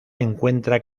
encuentra